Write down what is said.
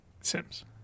Sims